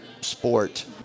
sport